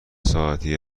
ساعتی